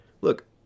look